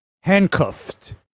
handcuffed